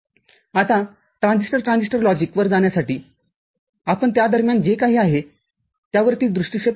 आता transistor transistor logic वर जाण्यासाठी आपण त्यादरम्यान जे काही आहे त्यावरती दृष्टीक्षेप टाकूया